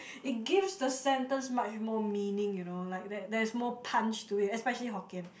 it gives the sentence much more meaning you know like there there is more punch to it especially hokkien